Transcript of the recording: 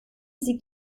sie